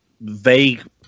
Vague